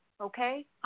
okay